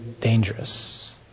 dangerous